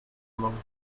monkey